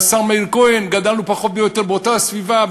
השר מאיר כהן ואני גדלנו פחות או יותר באותה סביבה,